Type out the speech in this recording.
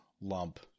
lump